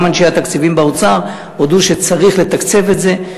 גם אנשי התקציבים באוצר הודו שצריך לתקצב את זה.